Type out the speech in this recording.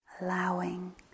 allowing